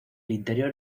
interior